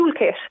toolkit